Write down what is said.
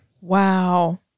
Wow